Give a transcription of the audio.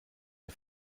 der